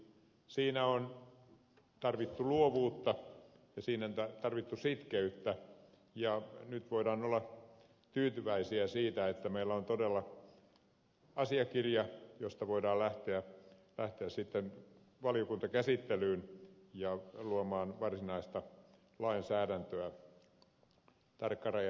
siinä on tarvittu luovuutta ja siinä on tarvittu sitkeyttä ja nyt voidaan olla tyytyväisiä siitä että meillä on todella asiakirja josta voidaan lähteä sitten valiokuntakäsittelyyn ja luomaan varsinaista tarkkarajaista lainsäädäntöä